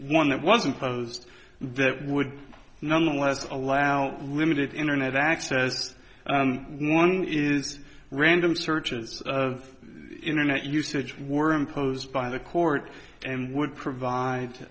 one that was imposed that would nonetheless allow limited internet access one is random searches of internet usage were imposed by the court and would provide